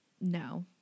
No